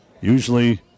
Usually